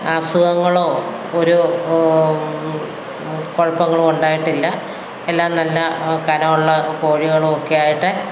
അസുഖങ്ങളോ ഒരു കുഴപ്പങ്ങളും ഉണ്ടായിട്ടില്ല എല്ലാം നല്ല കനമുള്ള കോഴികളുമൊക്കെ ആയിട്ട്